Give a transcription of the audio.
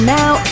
now